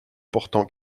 portant